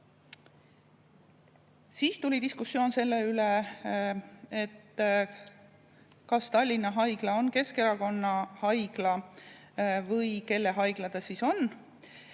Siis oli diskussioon selle üle, kas Tallinna Haigla on Keskerakonna haigla või kelle haigla ta on.